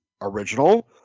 original